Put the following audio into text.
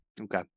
okay